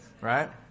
right